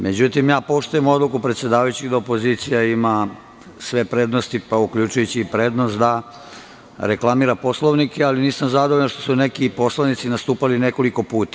Međutim, poštujem odluku predsedavajućeg da opozicija ima sve prednosti, pa uključujući i prednost da reklamira Poslovnik, ali nisam zadovoljan što su neki poslanici nastupali nekoliko puta.